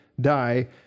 die